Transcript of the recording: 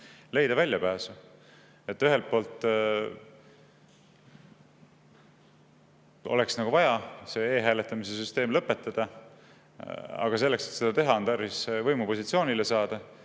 leida väljapääsu. Ühelt poolt oleks nagu vaja see e-hääletamise süsteem lõpetada, aga selleks, et seda teha, on tarvis võimupositsioonile saada,